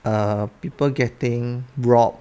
err people getting robbed